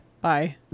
Bye